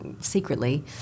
secretly